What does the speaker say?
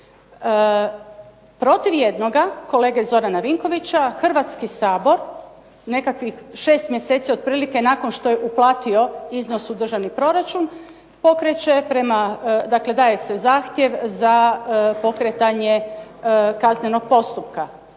Protiv jednoga, kolege Zorana Vinkovića, Hrvatski sabor nekakvih 6 mjeseci otprilike nakon što je uplatio iznos u državni proračun pokreće, dakle daje se zahtjev za pokretanje kaznenog postupka.